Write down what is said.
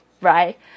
right